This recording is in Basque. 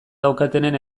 daukatenen